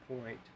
point